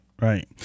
Right